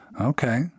Okay